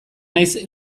naiz